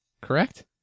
Correct